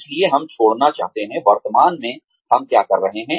इसलिए हम छोड़ना चाहते हैं वर्तमान में हम क्या कर रहे हैं